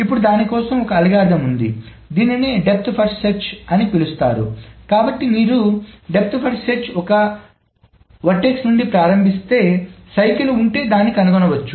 ఇప్పుడు దాని కోసం ఒక అల్గోరిథం ఉంది దీనిని దెప్థ్ ఫస్ట్ సెర్చ్ అని పిలుస్తారు కాబట్టి మీరు దెప్థ్ ఫస్ట్ సెర్చ్ను ఒక శీర్షం నుండి ప్రారంభిస్తే చక్రము ఉంటే దాన్ని కనుగొనవచ్చు